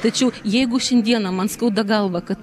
tačiau jeigu šiandieną man skauda galvą kad